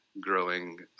growing